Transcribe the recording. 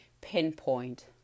pinpoint